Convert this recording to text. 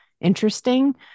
interesting